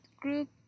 group